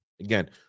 again